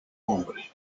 hombre